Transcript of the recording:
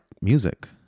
music